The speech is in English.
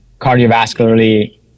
cardiovascularly